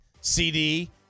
CD